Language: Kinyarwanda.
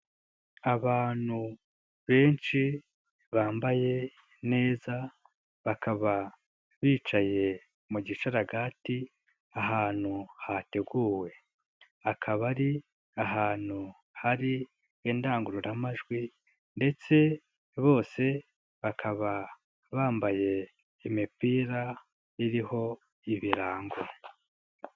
Abantu benshi bambaye neza, bakaba bicaye mu gisharaga ahantu hateguwe, akaba ari ahantu hari indangururamajwi ndetse bose bakaba bambaye imipira iriho ibirango.